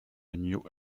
new